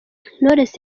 knowless